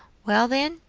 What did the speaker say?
well, then,